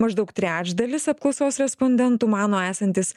maždaug trečdalis apklausos respondentų mano esantys